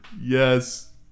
Yes